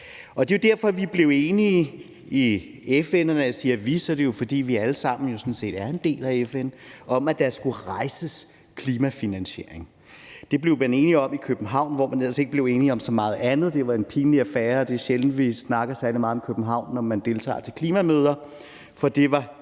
og når jeg siger vi, er det jo, fordi vi sådan set alle sammen er en del af FN – om, at der skulle rejses klimafinansiering. Det blev man enig om i København, hvor man ellers ikke blev enig om så meget andet. Det var en pinlig affære. Det er sjældent, at man snakker særlig meget om København, når man deltager ved klimamøder,